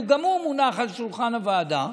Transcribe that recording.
וגם הוא מונח על שולחן הוועדה.